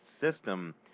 system